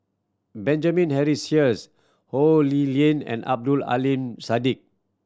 Benjamin Henry Sheares Ho Lee Ling and Abdul Aleem Siddique